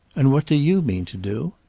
and what do you mean to do?